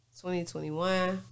2021